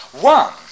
One